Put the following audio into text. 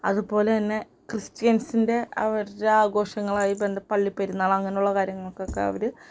അതുപോലെ തന്നെ ക്രിസ്ത്യൻസിൻ്റെ അവരുടെ ആഘോഷങ്ങളുമായി ബന്ധപ്പെട്ട പള്ളി പെരുന്നാൾ അങ്ങനെയുള്ള കാര്യങ്ങൾകൊക്കെ അവർ